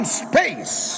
space